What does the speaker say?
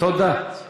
תודה.